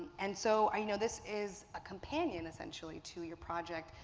and so i know this is a companion essentially to your project,